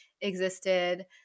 existed